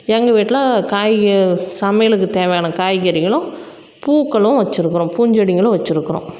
எங்கள் வீட்டில் காய்கள் சமையலுக்கு தேவையான காய்கறிகளும் பூக்களும் வச்சிருக்கிறோம் பூச்செடிகளும் வச்சிருக்கிறோம்